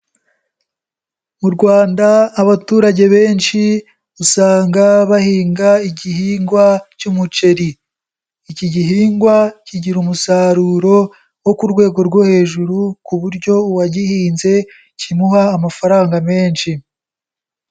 Mu Rwanda abaturage benshi usanga bahinga igihingwa cy'umuceri, iki gihingwa kigira umusaruro wo ku rwego rwo hejuru ku buryo uwagihinze kimuha amafaranga menshi.